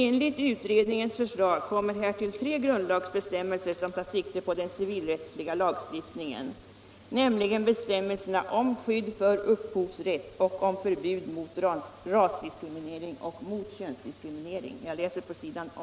Enligt utredningens förslag kommer härtill tre grundlagsbestämmelser som tar sikte också på den civilrättsliga lagstiftningen , nämligen bestämmelserna om skydd för = gor m.m. upphovsrätt och om förbud mot rasdiskriminering och mot könsdiskri